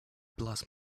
bless